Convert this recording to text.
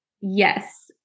Yes